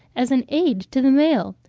as an aid to the male.